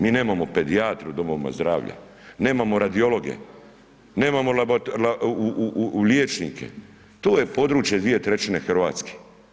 Mi nemamo pedijatre u domovima zdravlja, nemamo radiologe, nemamo liječnike, to je područje 2/3 Hrvatske.